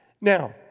Now